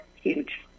Huge